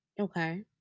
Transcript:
Okay